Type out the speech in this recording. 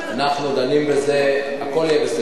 אנחנו דנים בזה, הכול יהיה בסדר.